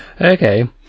Okay